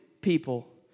people